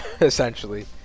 essentially